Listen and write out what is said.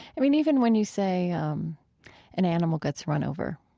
i mean, even when you say um an animal gets run over,